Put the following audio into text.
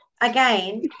again